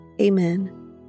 Amen